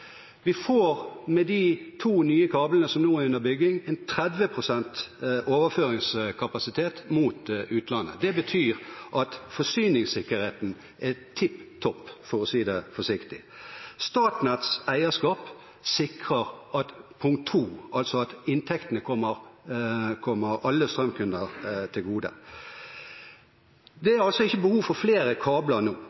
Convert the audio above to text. Vi får med de to nye kablene som nå er under bygging, en 30 pst. overføringskapasitet mot utlandet. Det betyr at forsyningssikkerheten er tipp topp, for å si det forsiktig. Statnetts eierskap sikrer at inntektene, altså punkt to, kommer alle strømkundene til gode. Det